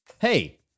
Hey